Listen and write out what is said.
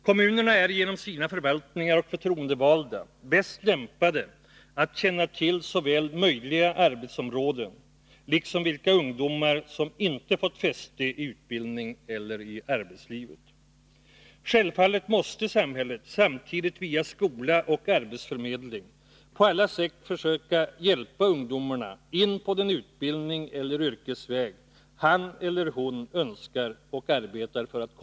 Kommunerna är genom sina förvaltningar och förtroendevalda bäst lämpade att känna till såväl möjliga arbetsområden som vilka ungdomar som inte fått fäste i en utbildning eller i arbetslivet. Självfallet måste samhället samtidigt, via skola och arbetsförmedling, på alla sätt försöka hjälpa ungdomarna in på den utbildning eller i det yrke han eller hon önskar sig och arbetar för att få.